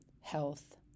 health